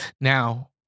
Now